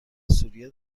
سوریه